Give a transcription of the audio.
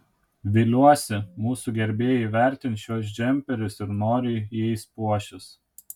viliuosi mūsų gerbėjai įvertins šiuos džemperius ir noriai jais puošis